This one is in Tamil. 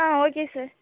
ah okay sir